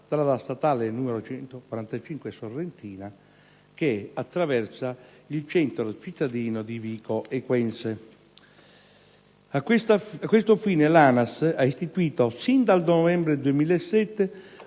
strada statale 145 Sorrentina che attraversa il centro cittadino di Vico Equense. A questo fine, l'ANAS ha istituito, sin dal novembre 2007,